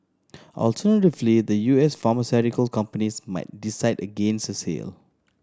alternatively the U S pharmaceutical company might decide against a sale